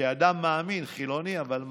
כאדם מאמין, חילוני, אבל מאמין,